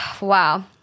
Wow